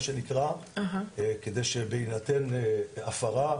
כדי שבהינתן הפרה,